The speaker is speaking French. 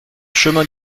chemin